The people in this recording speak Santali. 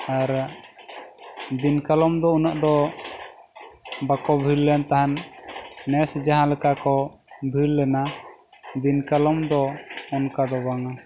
ᱟᱨ ᱫᱤᱱᱠᱟᱞᱚᱢ ᱫᱚ ᱩᱱᱟᱹᱜ ᱫᱚ ᱵᱟᱠᱚ ᱵᱷᱤᱲ ᱞᱮᱱ ᱛᱟᱦᱟᱱ ᱱᱮᱥ ᱡᱟᱦᱟᱸ ᱞᱮᱠᱟ ᱠᱚ ᱵᱷᱤᱲ ᱞᱮᱱᱟ ᱫᱤᱱᱠᱟᱞᱚᱢ ᱫᱚ ᱚᱱᱠᱟ ᱫᱚ ᱵᱟᱝᱟ